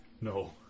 No